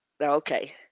Okay